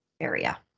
area